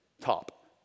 top